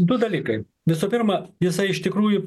du dalykai visų pirma jisai iš tikrųjų